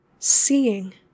Seeing